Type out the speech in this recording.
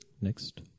Next